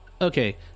Okay